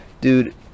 dude